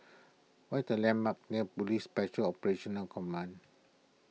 what the landmarks near Police Special Operational Command